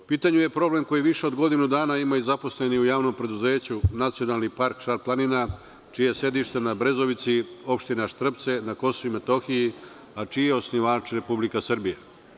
U pitanju je problem koji više od godinu dana imaju zaposleni u JP „Nacionalni park Šar-planina“, čije je sedište na Brezovici, opština Štrpce, na KiM, a čiji je osnivač Republika Srbija.